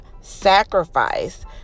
sacrifice